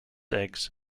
eggs